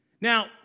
Now